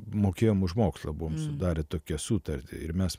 mokėjom už mokslą buvom sudarę tokią sutartį ir mes mokėdavom